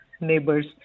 neighbors